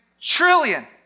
trillion